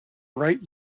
bright